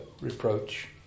reproach